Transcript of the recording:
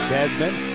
Desmond